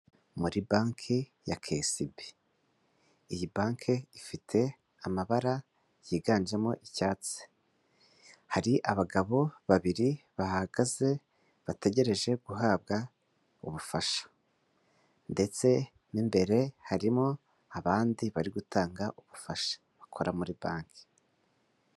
Muri banke ya KCB.Iyi banke ifite amabara yiganjemo icyatsi. Hari abagabo babiri bahagaze, bategereje guhabwa ubufasha ndetse mo imbere harimo abandi bari gutanga ubufasha bakora muri banke.